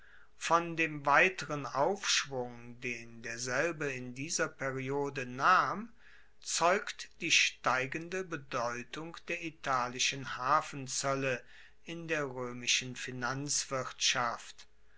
von dem weiteren aufschwung den derselbe in dieser periode nahm zeugt die steigende bedeutung der italischen hafenzoelle in der roemischen finanzwirtschaft